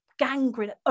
gangrene